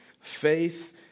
faith